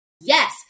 Yes